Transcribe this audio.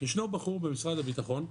ישנו בחור במשרד הבטחון,